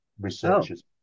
researchers